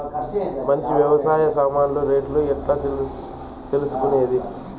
మంచి వ్యవసాయ సామాన్లు రేట్లు ఎట్లా తెలుసుకునేది?